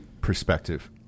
perspective